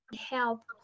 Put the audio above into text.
help